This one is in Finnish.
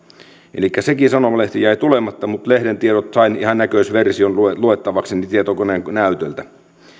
elikkä sekin sanomalehti jäi tulematta mutta lehden tiedot sain ihan näköisversion luettavakseni tietokoneen näytöltä